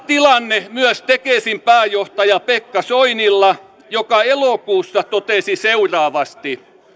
tilanne myös tekesin pääjohtaja pekka soinilla joka elokuussa totesi seuraavasti